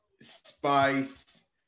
Spice